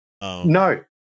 no